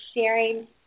sharing